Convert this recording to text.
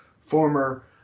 former